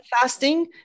fasting